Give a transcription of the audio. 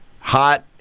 hot